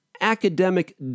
academic